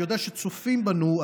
אני יודע שצופים בנו,